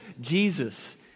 Jesus